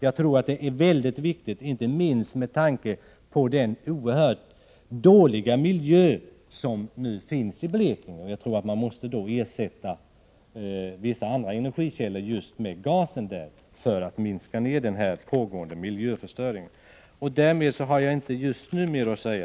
Jag tror att det är väldigt viktigt, inte minst med tanke på den oerhört dåliga miljö som nu finns i Blekinge, att ersätta vissa andra energislag med just gas för att minska den pågående miljöförstöringen. Därmed, herr talman, har jag inte just nu mer att säga.